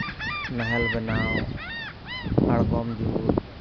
ᱱᱟᱦᱮᱞ ᱵᱮᱱᱟᱣ ᱟᱲᱜᱚᱢ ᱡᱩᱛ